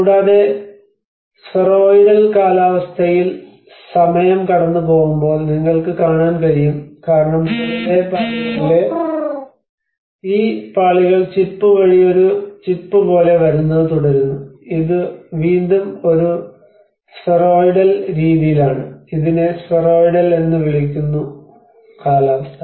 കൂടാതെ സ്ഫെറോയിഡൽ കാലാവസ്ഥയിൽ സമയം കടന്നുപോകുമ്പോൾ നിങ്ങൾക്ക് കാണാനും കഴിയും കാരണം മുകളിലെ പാളികളിലെ ഈ പാളികൾ ചിപ്പ് വഴി ഒരു ചിപ്പ് പോലെ വരുന്നത് തുടരുന്നു ഇത് വീണ്ടും ഒരു സ്ഫെറോയ്ഡൽ രീതിയിലാണ് ഇതിനെ സ്ഫെറോയ്ഡൽ എന്ന് വിളിക്കുന്നു കാലാവസ്ഥ